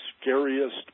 scariest